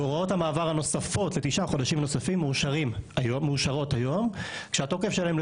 והוראות המעבר הנוספות לתשעה חודשים נוספים מאושרות היום כשהתוקף שלהן,